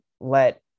let